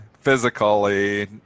physically